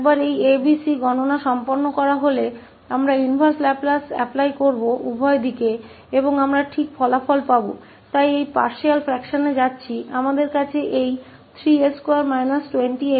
एक बार हम इस 𝐴 𝐵 𝐶 की गणना के साथ कर रहे हैं हम केवल दोनों तरफ इनवर्स लाप्लास लागू कर सकते हैं और हम वांछित परिणाम प्राप्त कर सकते हैं